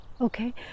Okay